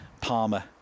Palmer